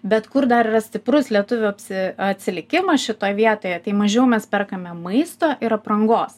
bet kur dar yra stiprus lietuvių apsi atsilikimas šitoj vietoje tai mažiau mes perkame maisto ir aprangos